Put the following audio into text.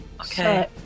Okay